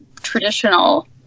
traditional